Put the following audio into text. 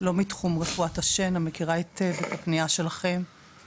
לא מתחום רפואת השן, מכירה היטב את הפנייה שלכם.